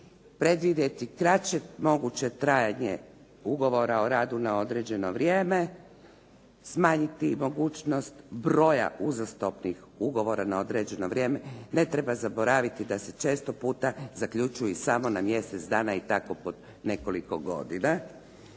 predvidjeti kraće moguće trajanje ugovora o radu na određeno vrijeme, smanjiti mogućnost broja uzastopnih ugovora na određeno vrijeme. Ne treba zaboraviti da se često puta zaključuju i samo na mjesec dana i tako po nekoliko godina